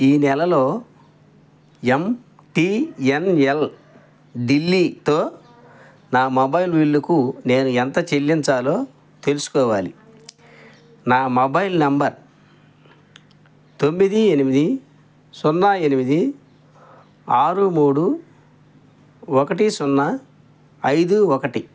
ఈ నెలలో M T N L ఢిల్లీతో నా మొబైల్ బిల్లుకు నేను ఎంత చెల్లించాలో తెలుసుకోవాలి నా మొబైల్ నెంబర్ తొమ్మిది ఎనిమిది సున్నా ఎనిమిది ఆరు మూడు ఒకటి సున్నా ఐదు ఒకటి